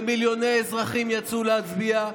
ומיליוני אזרחים יצאו להצביע,